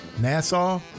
Nassau